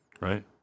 right